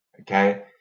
okay